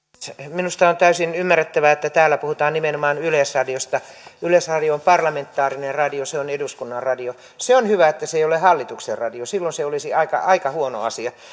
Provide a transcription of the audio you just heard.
minusta on täysin ymmärrettävää että täällä puhutaan nimenomaan yleisradiosta yleisradio on parlamentaarinen radio se on eduskunnan radio on hyvä että se ei ole hallituksen radio silloin se olisi aika aika huono asia